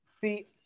See